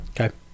Okay